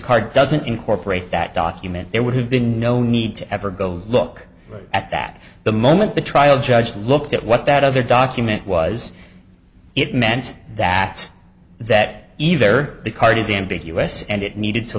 card doesn't incorporate that document there would have been no need to ever go look at that the moment the trial judge looked at what that other document was it meant that that either the card is ambiguous and it needed to